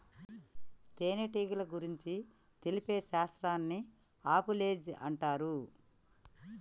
తేనెటీగల గురించి తెలిపే శాస్త్రాన్ని ఆపిలోజి అంటారు